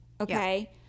Okay